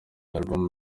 album